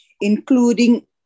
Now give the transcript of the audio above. including